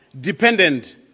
dependent